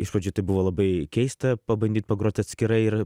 iš pradžių tai buvo labai keista pabandyt pagrot atskirai ir